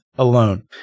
Alone